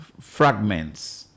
fragments